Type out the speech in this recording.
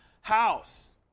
house